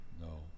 No